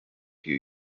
few